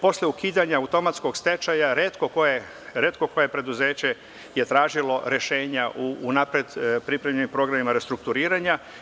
Posle ukidanja automatskog stečaja retko koje preduzeće je tražilo rešenja unapred pripremljenim programima restrukturiranja.